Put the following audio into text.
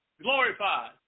glorified